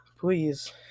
Please